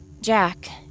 Jack